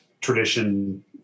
tradition